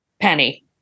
Penny